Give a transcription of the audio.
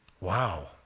Wow